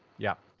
yeah.